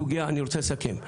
אני רוצה לסכם,